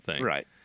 Right